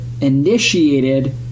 initiated